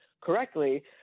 correctly